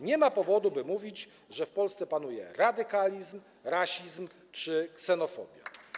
Nie ma powodu, by mówić, że w Polsce panuje radykalizm, rasizm czy ksenofobia.